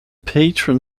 patron